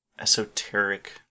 esoteric